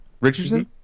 Richardson